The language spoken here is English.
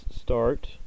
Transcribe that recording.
start